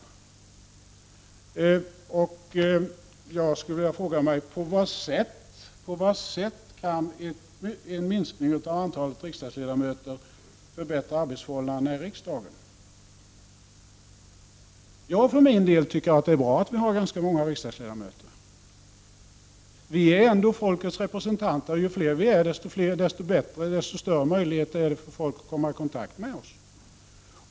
Jag skulle vilja fråga: På vilket sätt kan en minskning av antalet riksdagsledamöter förbättra arbetsförhållandena i riksdagen? Jag för min del tycker att det är bra att det finns ganska många riksdagsledamöter. Vi är ändå folkets representanter. Ju fler vi är, desto bättre är det och desto större möjligheter har folk att komma i kontakt med oss.